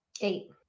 Eight